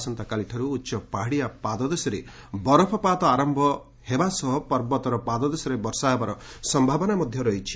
ଆସନ୍ତା କାଲିଠାରୁ ଉଚ୍ଚ ପାହାଡ଼ିଆ ପାଦଦେଶରେ ବରଫପାତ ଆରମ୍ଭ ହେବା ସହ ପର୍ବତର ପାଦଦେଶରେ ବର୍ଷା ହେବାର ସମ୍ଭାବନା ରହିଛି